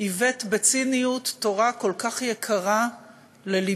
עיוות בציניות תורה כל כך יקרה ללבי.